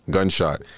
Gunshot